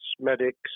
medics